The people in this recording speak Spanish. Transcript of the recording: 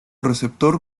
receptor